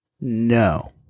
No